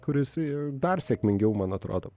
kur jisai dar sėkmingiau man atrodo